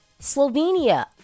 Slovenia